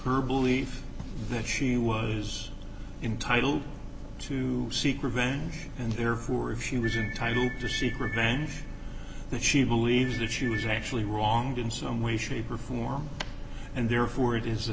her belief that she was entitle to seek revenge and therefore if she was a title to seek revenge that she believes that she was actually wronged in some way shape or form and therefore it is